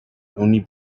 only